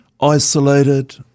isolated